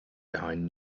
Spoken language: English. behind